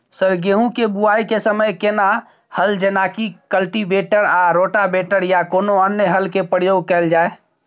Sir गेहूं के बुआई के समय केना हल जेनाकी कल्टिवेटर आ रोटावेटर या कोनो अन्य हल के प्रयोग कैल जाए?